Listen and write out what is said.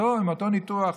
אותו ניתוח,